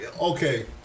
okay